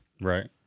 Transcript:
Right